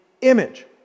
image